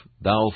thou